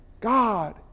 God